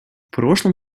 прошлом